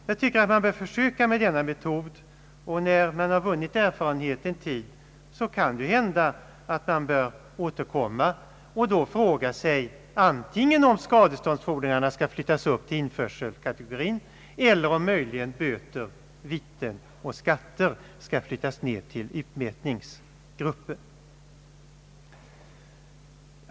När man vunnit en viss erfarenhet bör man kanske återkomma till saken och fråga sig antingen om :skadeståndsfordringarna skall flyttas upp till införselkategorin eller om möjligen böter, viten och skatter skall flyttas ned till utmätningsgruppen.